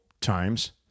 times